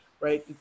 right